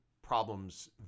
Problems